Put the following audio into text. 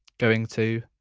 going to,